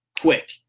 quick